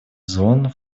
зон